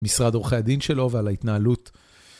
משרד עורכי הדין שלו ועל ההתנהלות